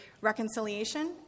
reconciliation